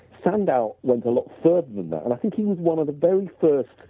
sandow went a lot further than that and i think he was one of the very first